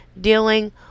Dealing